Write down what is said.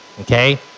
Okay